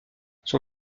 son